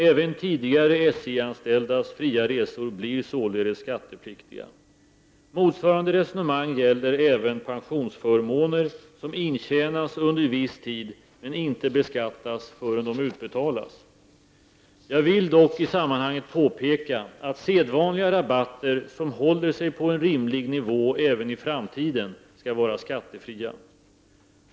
Även tidigare SJ-anställdas fria resor blir således skattepliktiga. Motsvarande resonemang gäller även pensionsförmåner som intjänas under viss tid men som inte beskattas förrän de utbetalas. Jag vill dock i sammanhanget påpeka att sedvanliga rabatter som håller sig på en rimlig nivå även i framtiden skall vara skattefria.